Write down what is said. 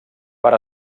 per